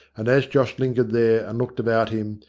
and as josh lingered there, and looked about him,